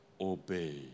obey